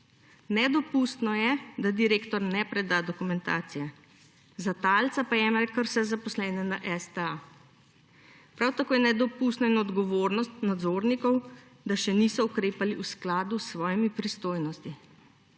Nedopustno je, da direktor ne preda dokumentacije, za talca pa jemlje kar vse zaposlene na STA. Prav tako je nedopustna odgovornost nadzornikov, da še niso ukrepali v skladu s svojimi pristojnostmi.